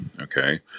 Okay